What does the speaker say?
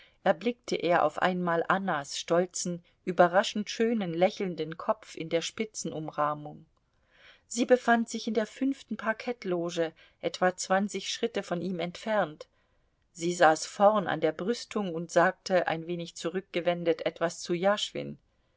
erblickte er auf einmal annas stolzen überraschend schönen lächelnden kopf in der spitzenumrahmung sie befand sich in der fünften parkettloge etwa zwanzig schritte von ihm entfernt sie saß vorn an der brüstung und sagte ein wenig zurückgewendet etwas zu jaschwin